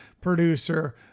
producer